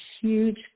huge